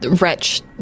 wretch